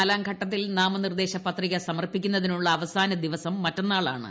നാലാംഘട്ടത്തിൽ നാമനിർദ്ദേശ പത്രിക സമർപ്പിക്കുന്നതിനുള്ള അവസാനദിവസം മറ്റന്നാൾ ആണ്